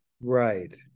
Right